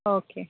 okay